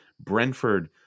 Brentford